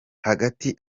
hagati